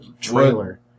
trailer